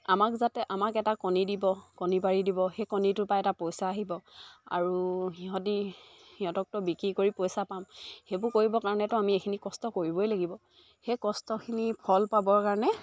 আমাক যাতে আমাক এটা কণী দিব কণী পাৰি দিব সেই কণীটোৰ পৰা এটা পইচা আহিব আৰু সিহঁতে সিহঁতকতো বিক্ৰী কৰি পইচা পাম সেইবোৰ কৰিবৰ কাৰণেতো আমি এইখিনি কষ্ট কৰিবই লাগিব সেই কষ্টখিনি ফল পাবৰ কাৰণে